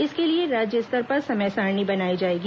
इसके लिए राज्य स्तर पर समय सारिणी बनाई जाएगी